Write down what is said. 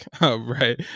right